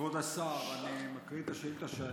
כבוד השר, אני אקריא את השאילתה,